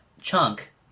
Chunk